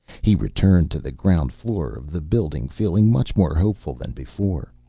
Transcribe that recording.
he returned to the ground floor of the building feeling much more hopeful than before.